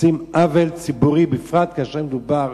עושים עוול ציבורי, בפרט כאשר מדובר